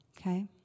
Okay